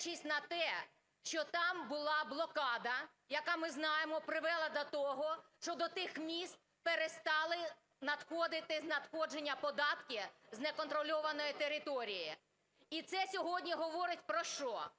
дивлячись на те, що там була блокада, яка, ми знаємо, привела до того, що до тих міст перестали надходити надходження, податки з неконтрольованої території. І це сьогодні говорить про що?